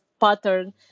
pattern